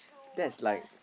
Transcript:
that's like